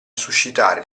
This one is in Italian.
suscitare